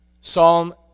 psalm